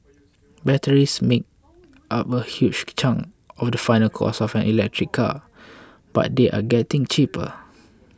batteries make up a huge chunk of the final cost of an electric car but they are getting cheaper